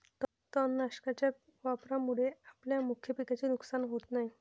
तणनाशकाच्या वापरामुळे आपल्या मुख्य पिकाचे नुकसान होत नाही